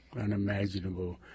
unimaginable